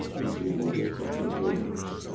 people will walk off their homes.